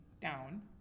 down